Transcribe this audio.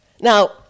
Now